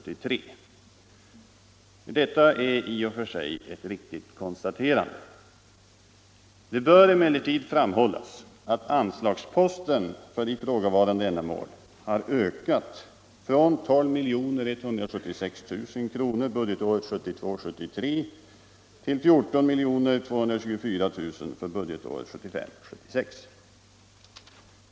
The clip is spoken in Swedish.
Detta är i och för sig ett riktigt konstaterande. Det bör emellertid framhållas att anslagsposten för ifrågavarande ändamål har ökat från 12176 000 kr. budgetåret 1972 76.